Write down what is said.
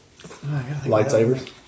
Lightsabers